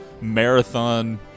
marathon